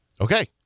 Okay